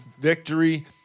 victory